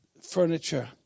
furniture